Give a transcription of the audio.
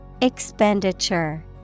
Expenditure